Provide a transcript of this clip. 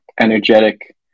energetic